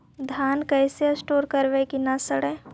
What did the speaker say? धान कैसे स्टोर करवई कि न सड़ै?